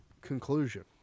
conclusion